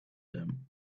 them